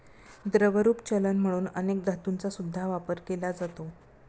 द्रवरूप चलन म्हणून अनेक धातूंचा सुद्धा वापर केला जातो